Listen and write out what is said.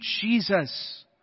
Jesus